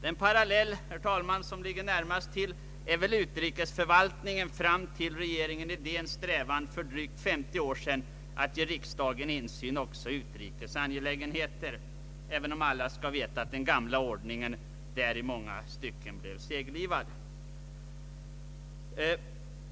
Den parallell, herr talman, som ligger närmast är väl utrikesförvaltningen fram till regeringen Edéns strävan för drygt 50 år sedan att ge riksdagen insyn också i utrikes angelägenheter, även om alla skall veta att den gamla ordningen där i många stycken blev seglivad.